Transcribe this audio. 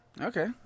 okay